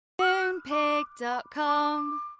Moonpig.com